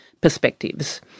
perspectives